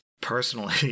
Personally